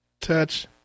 touch